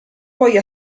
poi